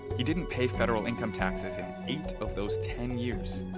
he didn't pay federal income taxes in eight of those ten years.